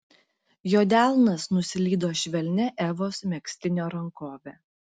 jo delnas nuslydo švelnia evos megztinio rankove